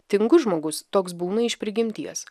tingus žmogus toks būna iš prigimties